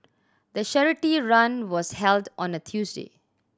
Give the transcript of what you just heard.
the charity run was held on a Tuesday